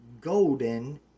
golden